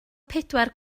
pedwar